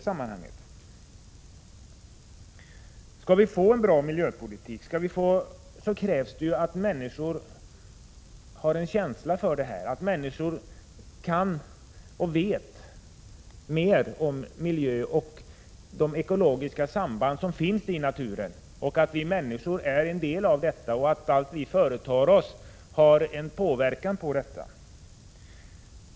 Skall vi få en bra miljöpolitik, krävs att människor har en känsla för miljö, att människor vet mer om miljön och de ekologiska sambanden i naturen — vi människor är en del av naturen, och allt vi företar oss har en påverkan på naturen.